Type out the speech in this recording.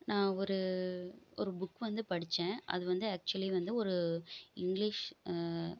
நான் ஒரு ஒரு புக் வந்து படிச்சேன் அது வந்து ஆக்ஷுவலி வந்து ஒரு இங்கிலீஷ்